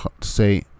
say